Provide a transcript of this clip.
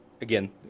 again